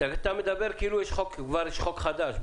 אתה מדבר כאילו כבר יש חוק חדש.